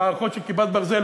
מערכות של "כיפת ברזל",